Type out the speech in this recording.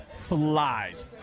flies